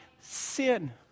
sin